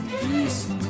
Peace